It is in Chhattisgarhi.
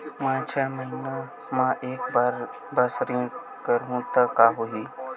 मैं छै महीना म एक बार बस ऋण करहु त का होही?